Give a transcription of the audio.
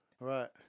Right